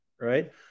Right